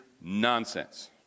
nonsense